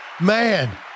Man